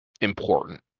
important